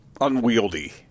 unwieldy